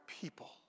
people